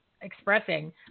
expressing